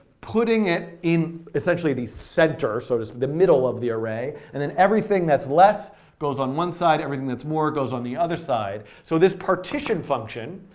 putting it in essentially the center, sort of the middle of the array, and then everything that's less goes on one side, everything that's more goes on the other side. so this partition function,